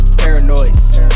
paranoid